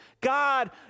God